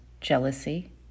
jealousy